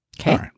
Okay